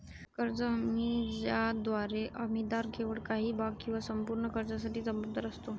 कर्ज हमी ज्याद्वारे हमीदार केवळ काही भाग किंवा संपूर्ण कर्जासाठी जबाबदार असतो